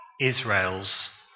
Israel's